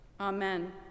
Amen